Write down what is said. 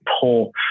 pull